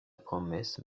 promesse